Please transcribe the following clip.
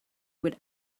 would